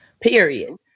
period